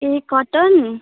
A cotton